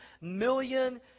million